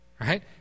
right